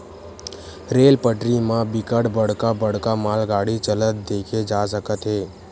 rail पटरी म बिकट बड़का बड़का मालगाड़ी चलत देखे जा सकत हे